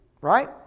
right